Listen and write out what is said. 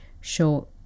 show